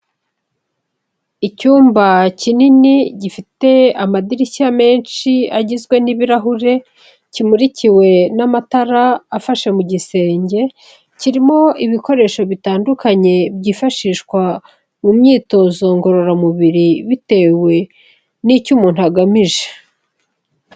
Icyumba kinini gifite amadirishya menshi agizwe n'ibirahure, kimurikiwe n'amatara afashe mu gisenge, kirimo ibikoresho bitandukanye byifashishwa mu myitozo ngororamubiri bitewe n'icyo umuntu agamije.